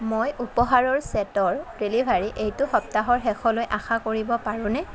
মই উপহাৰৰ চেটৰ ডেলিভাৰী এইটো সপ্তাহৰ শেষলৈ আশা কৰিব পাৰোঁনে